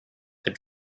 had